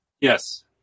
Yes